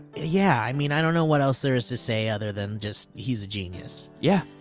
yeah, i mean, i don't know what else there is to say other than just, he's a genius. yeah.